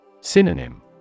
Synonym